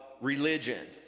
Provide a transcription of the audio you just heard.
religion